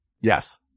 Yes